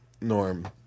Norm